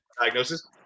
diagnosis